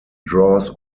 draws